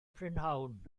prynhawn